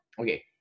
okay